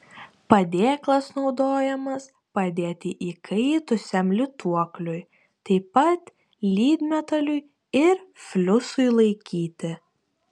padėklas naudojamas padėti įkaitusiam lituokliui taip pat lydmetaliui ir fliusui laikyti